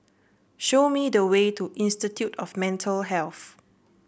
show me the way to Institute of Mental Health